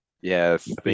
yes